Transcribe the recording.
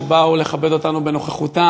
שבאו לכבד אותנו בנוכחותם.